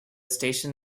station